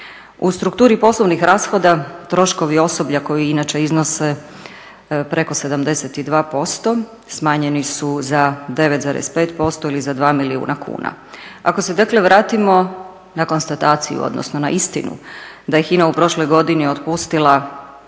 U strukturi poslovnih rashoda troškovi osoblja koji inače iznose preko 72% smanjeni su za 9,5% ili za 2 milijuna kuna. Ako se dakle vratimo na konstataciju odnosno na istinu da je HINA u prošloj godini otpustila